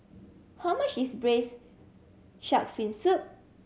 how much is Braised Shark Fin Soup